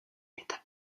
est